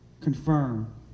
confirm